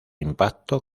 impacto